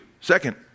Second